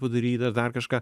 padaryt ar dar kažką